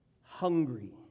hungry